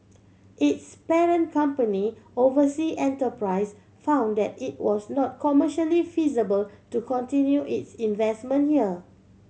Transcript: its parent company Oversea Enterprise found that it was not commercially feasible to continue its investment here